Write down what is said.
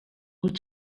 wyt